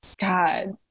God